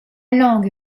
langue